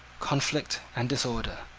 conflict, and disorder.